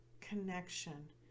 connection